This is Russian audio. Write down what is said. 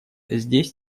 здесь